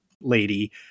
lady